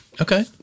Okay